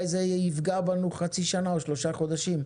זה יפגע בנו חצי שנה או שלושה חודשים,